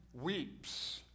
weeps